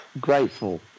Grateful